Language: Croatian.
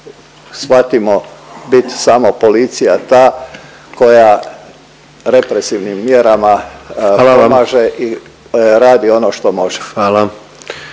shvatimo, bit samo policija ta koja represivnim mjerama pomaže … .../Upadica: Hvala